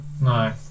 no